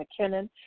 McKinnon